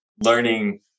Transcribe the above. Learning